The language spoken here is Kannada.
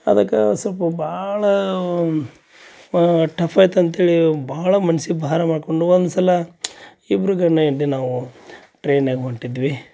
ಅದಕ್ಕೆ ಸೊಲ್ಪ್ ಭಾಳ ಟಫ್ ಆಯ್ತು ಅಂತೇಳಿ ಭಾಳ ಮನ್ಸಿಗೆ ಭಾರ ಮಾಡಿಕೊಂಡು ಒಂದು ಸಲ ಇಬ್ಬರೂ ಗಂಡ ಹೆಂಡ್ತಿ ನಾವು ಟ್ರೈನ್ಯಾಗ ಹೊಂಟಿದ್ವಿ